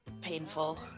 painful